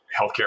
healthcare